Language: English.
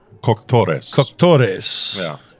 Coctores